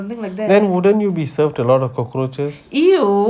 then wouldn't you be served a lot of cockroachs